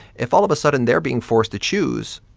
if all of a sudden they're being forced to choose,